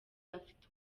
afite